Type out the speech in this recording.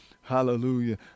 Hallelujah